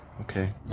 Okay